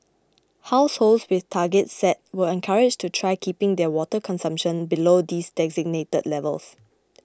households with targets set were encouraged to try keeping their water consumption below these designated levels